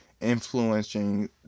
influencing